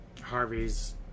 Harvey's